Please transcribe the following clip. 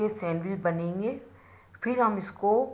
के सैंडविच बनेंगे फिर हम इसको